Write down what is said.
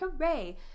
Hooray